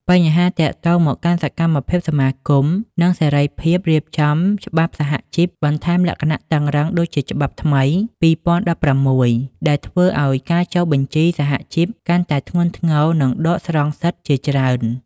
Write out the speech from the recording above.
បញ្ហាទាក់ទងមកកាន់សកម្មភាពសមាគម និងសេរីភាពរៀបចំច្បាប់សហជីព បន្ថែមលក្ខណៈតឹងរ៉ឹង ដូចជាច្បាប់ថ្មី ២០១៦ដែលធ្វើឲ្យការចុះបញ្ជីសហជីពកាន់តែធ្ងន់ធ្ងរនិងដកស្រង់សិទ្ធិជាច្រើន។